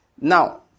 Now